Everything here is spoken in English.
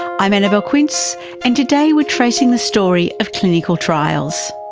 i'm annabelle quince and today we're tracing the story of clinical trials.